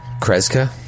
Kreska